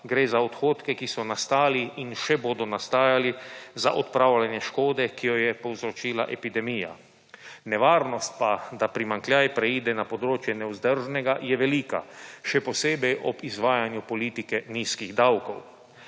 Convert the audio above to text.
gre za odhodke, ki so nastali in še bodo nastajali za odpravljanje škode, ki jo je povzročila epidemija. Nevarnost pa, da primanjkljaj preide na področje nevzdržnega je velika, še posebej ob izvajanju politike nizkih davkov.